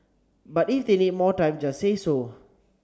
but if they need more time just say so